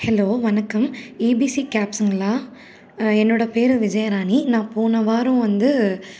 hello வணக்கம் ABC கேப்ஸ்ஸுங்களா என்னோடய பேரு விஜயராணி நான் போன வாரம் வந்து